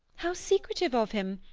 how secretive of him!